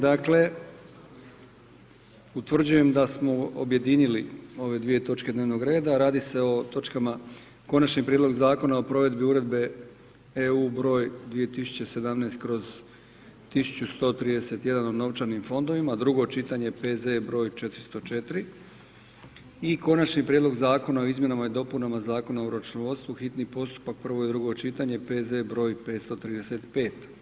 Dakle, utvrđujem da smo objedinili ove dvije točke dnevnog reda, radi se o točkama Konačni prijedlog zakona o provedbi uredbe EU br. 2017/1131 o novčanim fondovima, drugo čitanje, PZ br. 404. i Konačni prijedlog zakona o izmjenama i dopunama zakona o računovodstvu, hitni postupak, prvo i drugo čitanje, PZ br. 535.